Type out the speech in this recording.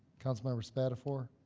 councilmember spadafore.